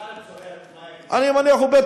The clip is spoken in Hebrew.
תשאל את זוהיר, מה הוא יגיד